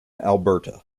alberta